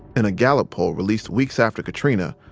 in a gallup poll released weeks after katrina,